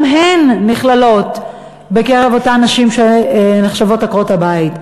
גם הן נכללות בקרב אותן נשים שנחשבות עקרות-הבית,